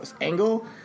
angle